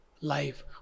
life